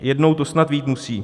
Jednou to snad vyjít musí.